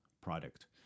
product